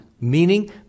Meaning